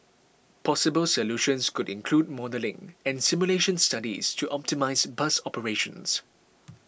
possible solutions could include modelling and simulation studies to optimise bus operations